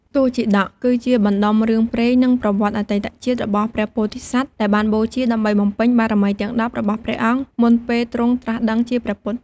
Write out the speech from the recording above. ទសជាតក គឺជាបណ្ដុំរឿងព្រេង និងប្រវត្តិអតីតជាតិរបស់ព្រះពោធិសត្វដែលបានបូជាដើម្បីបំពេញបារមីទាំង ១០ របស់ព្រះអង្គ មុនពេលទ្រង់ត្រាស់ដឹងជាព្រះពុទ្ធ។